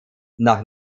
nach